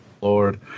Lord